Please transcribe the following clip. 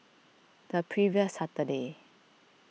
the previous Saturday